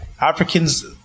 Africans